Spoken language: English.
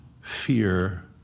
fear